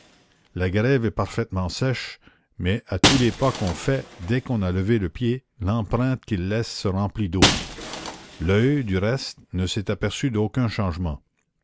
la grève est parfaitement sèche mais à tous les pas qu'on fait dès qu'on a levé le pied l'empreinte qu'il laisse se remplit d'eau l'oeil du reste ne s'est aperçu d'aucun changement